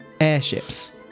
airships